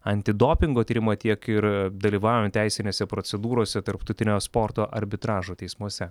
antidopingo tyrimą tiek ir dalyvaujant teisinėse procedūrose tarptautinio sporto arbitražo teismuose